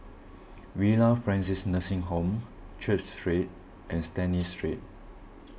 Villa Francis Nursing Home Church Street and Stanley Street